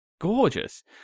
gorgeous